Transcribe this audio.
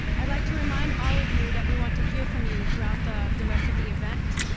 i'd like to remind all of you that we want to hear from you throughout the the rest of the event.